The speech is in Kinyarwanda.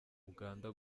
uganda